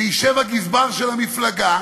ישב הגזבר של המפלגה